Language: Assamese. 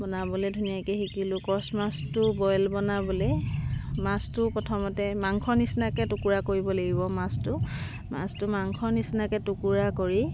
বনাবলৈ ধুনীয়াকৈ শিকিলোঁ কচ মাছটো বইল বনাবলৈ মাছটো প্ৰথমতে মাংস নিচিনাকৈ টুকুৰা কৰিব লাগিব মাছটো মাছটো মাংস নিচিনাকৈ টুকুৰা কৰি